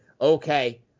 okay